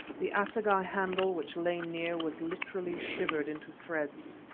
the assegai handle which lay near was literally shivered into threads,